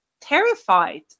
terrified